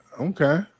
Okay